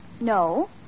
No